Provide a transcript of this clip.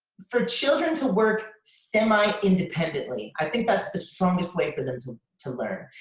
for children to work semi-independently, i think that's the strongest way for them to to learn.